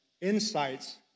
insights